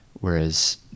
whereas